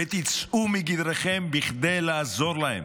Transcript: ותצאו מגדרכם כדי לעזור להם.